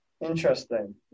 Interesting